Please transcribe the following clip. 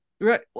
Right